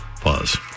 pause